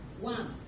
One